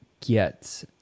get